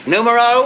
Numero